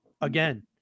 again